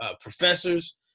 professors